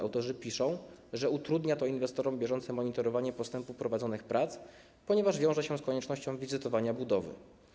Autorzy piszą, że utrudnia to inwestorom bieżące monitorowanie postępu prowadzonych prac, ponieważ wiąże się z koniecznością wizytowania budowy.